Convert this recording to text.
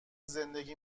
زندگی